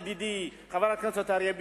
ידידי חבר הכנסת אריה ביבי,